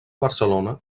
barcelona